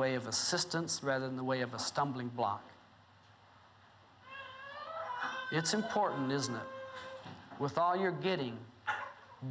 way of assistance rather than the way of a stumbling block it's important isn't it with all your getting